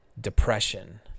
depression